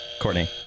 Courtney